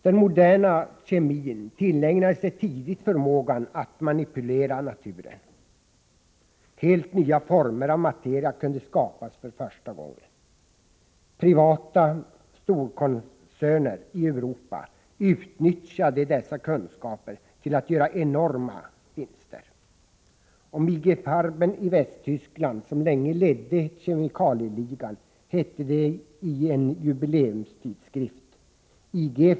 Den moderna kemin tillägnade sig tidigt förmågan att manipulera naturen — helt nya former av materia kunde skapas för första gången. Privata storkoncerner i Europa utnyttjade dessa kunskaper till att göra enorma vinster. Om I.G. Farben i Västtyskland, som länge ledde kemikalieligan, hette det i en jubileumsskrift: ”I.G.